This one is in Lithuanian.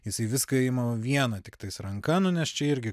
jisai viską ima viena tiktais ranka nu nes čia irgi